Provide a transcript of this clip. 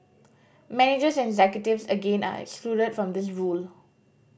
managers and executives again are excluded from this rule